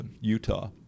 utah